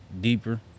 deeper